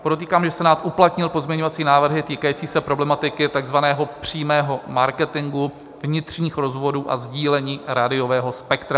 Podotýkám, že Senát uplatnil pozměňovací návrhy týkající se problematiky takzvaného přímého marketingu, vnitřních rozvodů a sdílení rádiového spektra.